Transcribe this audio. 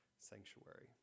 sanctuary